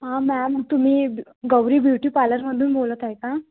हा मॅम तुम्ही ब गौरी ब्युटी पार्लरमधून बोलत आहे का